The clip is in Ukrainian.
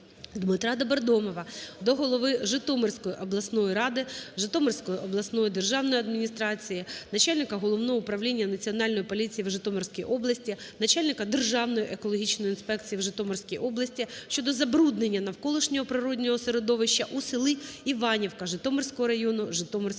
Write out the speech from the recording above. Дмитра Добродомова до голови Житомирської обласної ради, Житомирської обласної державної адміністрації, начальника Головного управління Національної поліції в Житомирській області, начальника Державної екологічної інспекції в Житомирській області щодо забруднення навколишнього природного середовища у селі Іванівка Житомирського району Житомирської області.